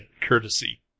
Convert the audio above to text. courtesy